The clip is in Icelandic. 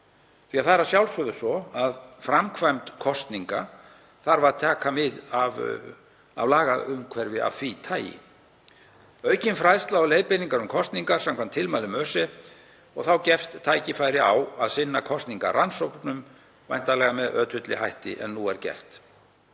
því að það er að sjálfsögðu svo að framkvæmd kosninga þarf að taka mið af lagaumhverfi af því tagi — og aukin fræðsla og leiðbeiningar um kosningar samkvæmt tilmælum ÖSE. Þá gefst tækifæri á að sinna kosningarannsóknum væntanlega með ötulli hætti en nú er gert.